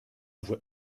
voie